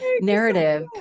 narrative